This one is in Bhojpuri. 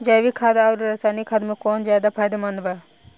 जैविक खाद आउर रसायनिक खाद मे कौन ज्यादा फायदेमंद बा?